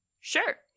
sure